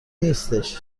نیستش